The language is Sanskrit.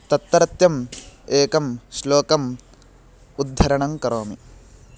तत्रत्यम् एकं श्लोकम् उद्धरणङ्करोमि